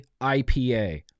ipa